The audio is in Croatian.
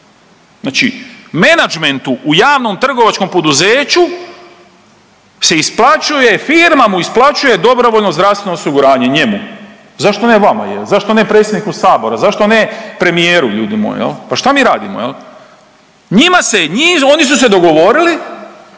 Znači menadžmentu u javnom trgovačkom poduzeću se isplaćuje, firma mu isplaćuje dobrovoljno zdravstveno osiguranje, njemu. Zašto ne vama? Zašto ne predsjedniku Sabora? Zašto ne premijeru ljudi moji? Pa šta mi radimo? Njima se, oni su se dogovorili,